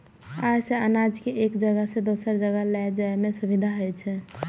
अय सं अनाज कें एक जगह सं दोसर जगह लए जाइ में सुविधा होइ छै